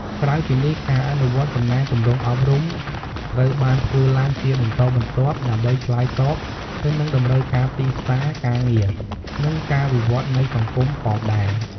ក្រៅពីនេះ ការអនុវត្តកំណែទម្រង់អប់រំ ត្រូវបានធ្វើឡើងជាបន្តបន្ទាប់ដើម្បីឆ្លើយតបទៅនឹងតម្រូវការទីផ្សារការងារ និងការវិវត្តន៍នៃសង្គមផងដែរ។